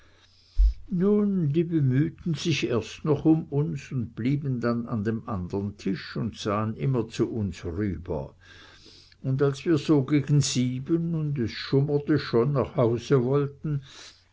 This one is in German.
nun die bemühten sich erst noch um uns und blieben dann an dem andren tisch und sahen immer zu uns rüber und als wir so gegen sieben und es schummerte schon nach hause wollten